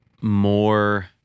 more